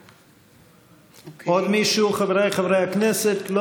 בעד עוד מישהו, חבריי חברי הכנסת?